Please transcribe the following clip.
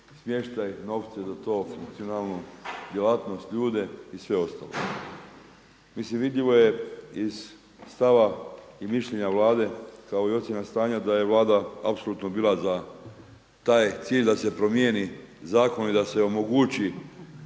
smještaj, novce za to, funkcionalnu djelatnost, ljude i sve ostalo. Mislim vidljivo je iz stava i mišljenja Vlade kao i ocjena stanja da je Vlada bila apsolutno za taj cilj da se promijeni zakon i da se omogući